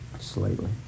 Slightly